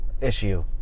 issue